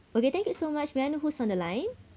okay thank you so much may I know who's on the line